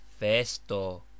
Festo